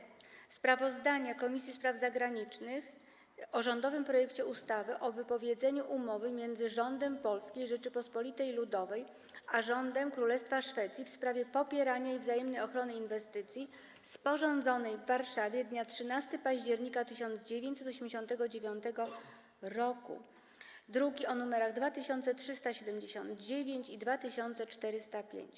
37. Sprawozdanie Komisji Spraw Zagranicznych o rządowym projekcie ustawy o wypowiedzeniu Umowy między Rządem Polskiej Rzeczypospolitej Ludowej a Rządem Królestwa Szwecji w sprawie popierania i wzajemnej ochrony inwestycji, sporządzonej w Warszawie dnia 13 października 1989 r. (druki nr 2379 i 2405)